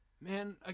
Man